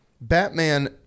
Batman